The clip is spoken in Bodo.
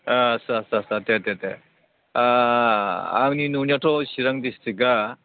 आथसा सा सा दे दे दे आंनि नुनायावथ' चिरां डिसथ्रिकआ